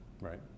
right